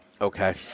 Okay